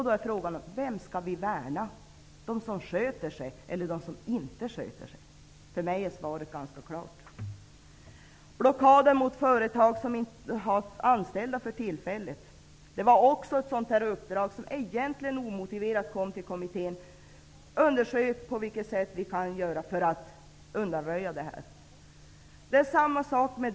Då är frågan: Vem skall vi värna -- dem som sköter sig eller dem som inte sköter sig? För mig är svaret ganska klart. Så några ord om detta med blockader mot företag som tillfälligt saknar anställda. Här har vi också ett uppdrag som egentligen omotiverat kom till kommittén: Undersök på vilket sätt vi kan undanröja det här! Det är samma sak här.